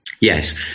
yes